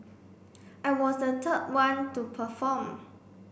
I was the third one to perform